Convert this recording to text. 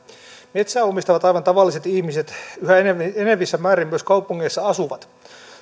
metsää omistavat aivan tavalliset ihmiset yhä enenevissä määrin myös kaupungeissa asuvat